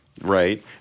right